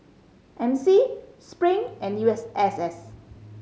M C Spring and U S S S